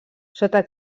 sota